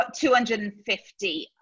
250